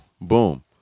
Boom